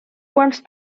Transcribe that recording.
quants